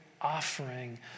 offering